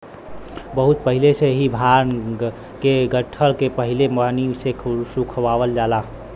बहुत पहिले से ही भांग के डंठल के पहले पानी से सुखवावल जाला